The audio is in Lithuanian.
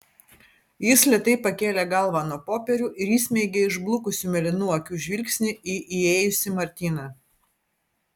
jis lėtai pakėlė galvą nuo popierių ir įsmeigė išblukusių mėlynų akių žvilgsnį į įėjusį martyną